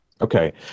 Okay